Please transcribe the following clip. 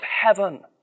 heaven